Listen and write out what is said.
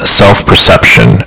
self-perception